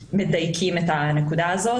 צו עיכוב יציאה מן הארץ אלא מבקשים בגינו צו מעצר.